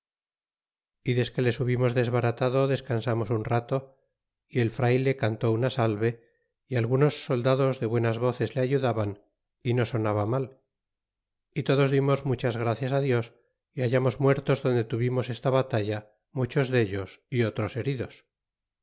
y desque les hubimos desbaratado descansamos un rato y el frayle cantó una salve y algunos soldados de buenas voces le ayudaban no sonaba mal y todos dimos muchas gracias dios y hallamos muertos donde tuvimos esta batalla muchos dellos y otros heridos